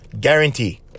Guarantee